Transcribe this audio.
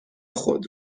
خود